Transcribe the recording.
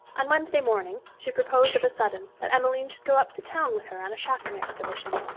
on wednesday morning she proposed of a sudden that emmeline should go up to town with her on a shopping expedition.